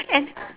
and